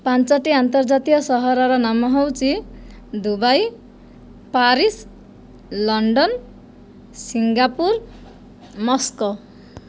ପାଞ୍ଚୋଟି ଆନ୍ତର୍ଜାତୀୟ ସହରର ନାମ ହେଉଛି Dubai Paris London Singapore Moscow